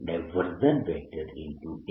dl A